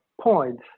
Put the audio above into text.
points